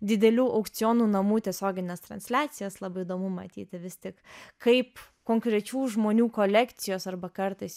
didelių aukcionų namų tiesiogines transliacijas labai įdomu matyti vis tik kaip konkrečių žmonių kolekcijos arba kartais